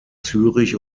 zürich